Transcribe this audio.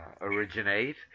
originate